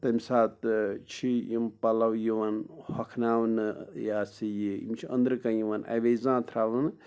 تَمہِ ساتہٕ چھِ یِم پَلو یِوان ہوکھناونہٕ یہ سا یہِ یِم چھِ اَنٛدرٕ کٔنۍ یِوان اَویزان تراونہٕ